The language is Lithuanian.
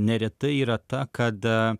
neretai yra ta kad